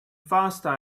faster